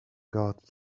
got